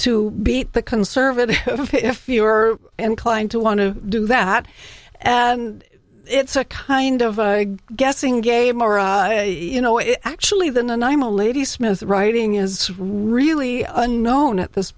to beat the conservative if you're inclined to want to do that and it's a kind of a guessing game you know it actually than and i'm a lady smith writing is really unknown at this